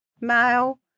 male